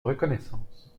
reconnaissance